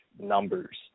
numbers